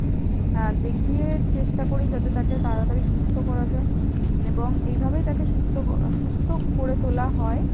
দেখিয়ে চেষ্টা করি যাতে তাকে তাড়াতাড়ি সুস্থ করা যায় এবং এইভাবেই তাকে সুস্থ সুস্থ করে তোলা হয়